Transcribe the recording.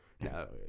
No